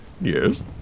Yes